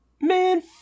Man